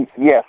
Yes